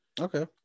Okay